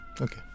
Okay